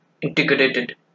integrated